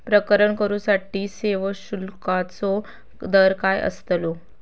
प्रकरण करूसाठी सेवा शुल्काचो दर काय अस्तलो?